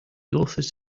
authors